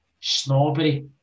snobbery